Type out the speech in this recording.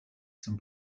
zum